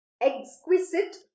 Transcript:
exquisite